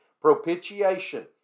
Propitiation